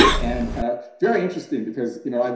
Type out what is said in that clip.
and ah very interesting, because, you know, um